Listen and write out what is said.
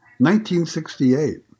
1968